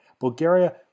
Bulgaria